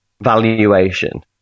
valuation